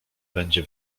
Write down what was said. będzie